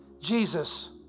Jesus